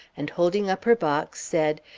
and, holding up her box, said,